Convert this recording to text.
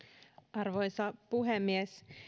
arvoisa puhemies